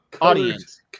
Audience